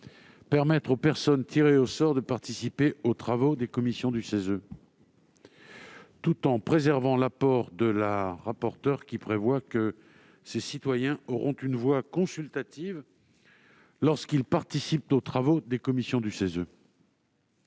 permettre aux personnes tirées au sort de participer aux travaux des commissions du CESE, tout en préservant l'apport de Mme la rapporteure prévoyant que ces citoyens auront une voix consultative lorsqu'ils participent aux travaux des commissions du CESE.